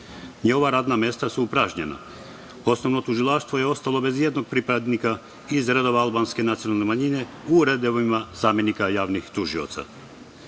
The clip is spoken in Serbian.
i ova radna mesta su upražnjena. Osnovno tužilaštvo je ostalo bez i jednog pripadnika iz redova albanske nacionalne manjine u redovima zamenika javnih tužilaca. Radi